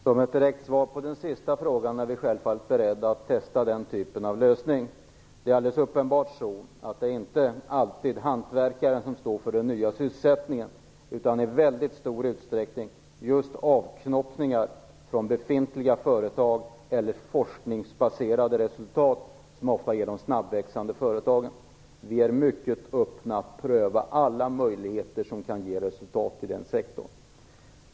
Herr talman! Ett direkt svar på den sista frågan är att vi självfallet är beredda att testa den typen av lösning. Det är helt uppenbart att det inte alltid är hantverkaren som står för den nya sysselsättningen, utan det är i stor utsträckning just avknoppningar från befintliga företag eller forskningsbaserade resultat som ger de snabbväxande företagen. Vi är mycket öppna för att pröva alla möjligheter som kan ge resultat i den sektorn.